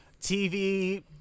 TV